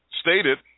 stated